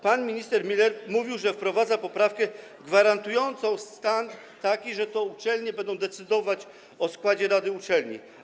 Pan minister Müller mówił, że wprowadza poprawkę gwarantującą taki stan, że to uczelnie będą decydować o składzie rady uczelni.